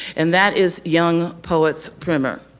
and that is young poets primer.